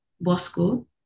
Bosco